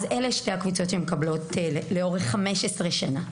שהקבוצות האלה יקבלו 15 שנים.